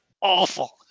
awful